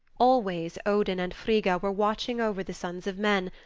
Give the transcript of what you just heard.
always odin and frigga were watching over the sons of men,